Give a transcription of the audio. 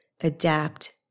adapt